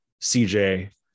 CJ